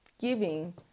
giving